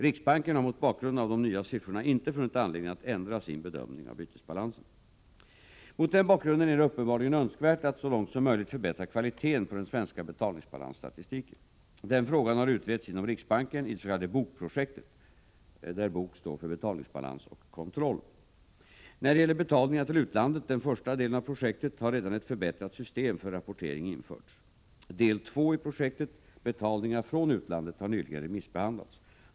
Riksbanken har mot bakgrund av de nya siffrorna inte funnit anledning att ändra sin bedömning av bytesbalansen. Mot denna bakgrund är det uppenbarligen önskvärt att så långt som möjligt förbättra kvaliteten på den svenska betalningsbalansstatistiken. Denna fråga har utretts inom riksbanken i det s.k. BOK-projektet . När det gäller betalningar till utlandet, den första delen av projektet, har redan ett förbättrat system för rapportering införts. Del II i projektet, betalningar från utlandet, har nyligen remissbehandlats.